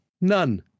none